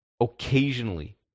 occasionally